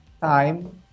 time